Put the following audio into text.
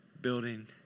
building